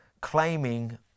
claiming